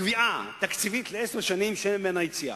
קביעה תקציבית לעשר שנים, שאין ממנה יציאה.